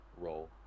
role